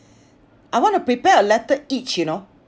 I want to prepare a letter each you know